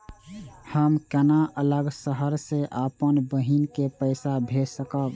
हम केना अलग शहर से अपन बहिन के पैसा भेज सकब?